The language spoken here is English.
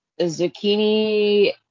Zucchini